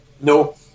No